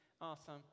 Awesome